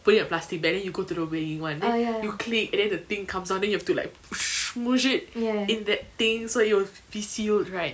put it in a plastic bag then you go to the weighing one then you click and then the thing comes out then you have to like smush it in that thing so it will be sealed right